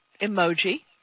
emoji